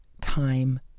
time